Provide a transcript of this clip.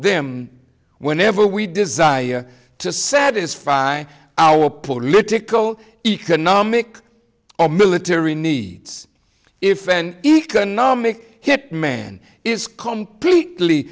them whenever we desire to satisfy our political economic or military needs if an economic hit man is comp